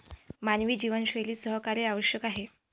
मानवी जीवनशैलीत सहकार्य आवश्यक आहे